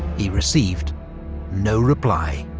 he received no reply.